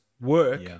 work